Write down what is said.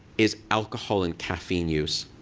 is alcohol and caffeine use.